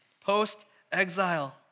post-exile